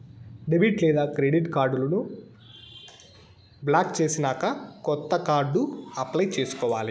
debit లేదా credit కార్డులను block చేసినాక కొత్త కార్డు అప్లై చేసుకోవాలి